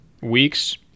weeks